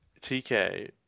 TK